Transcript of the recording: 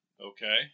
okay